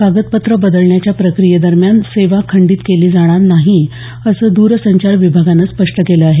कागदपत्रं बदलण्याच्या प्रक्रियेदरम्यान सेवा खंडित केली जाणार नाही असं द्रसंचार विभागानं स्पष्ट केलं आहे